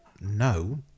no